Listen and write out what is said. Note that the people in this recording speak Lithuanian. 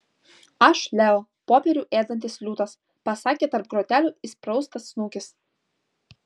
aš leo popierių ėdantis liūtas pasakė tarp grotelių įspraustas snukis